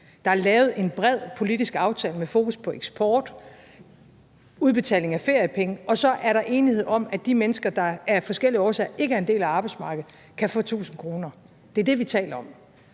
Der er lavet en bred politisk aftale med fokus på eksport og udbetaling af feriepenge, og så er der enighed om, at de mennesker, der af forskellige årsager ikke er en del af arbejdsmarkedet, kan få 1.000 kr. Det er det, vi taler om,